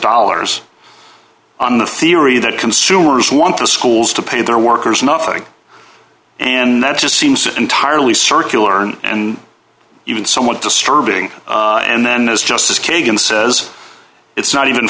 dollars on the theory that consumers want the schools to pay their workers nothing and that just seems entirely circular and even somewhat disturbing and then as justice kagan says it's not even